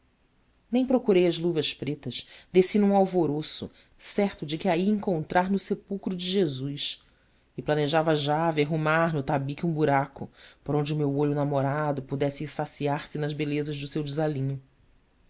nem procurei as luvas pretas desci num alvoroço certo de que a ia encontrar no sepulcro de jesus e planeava já verrumar no tabique um buraco por onde o meu olho namorado pudesse ir saciar se nas belezas do seu desalinho